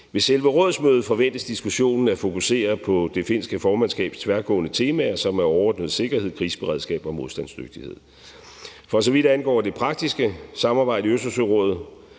Ved selve rådsmødet forventes diskussionen at fokusere på det finske formandskabs tværgående temaer, som er overordnet sikkerhed, kriseberedskab og modstandsdygtighed. For så vidt angår det praktiske samarbejde i Østersørådet,